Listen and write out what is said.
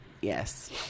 Yes